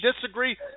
disagree